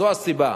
זו הסיבה.